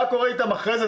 מה קורה איתם אחרי זה?